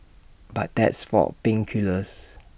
but that's for pain killers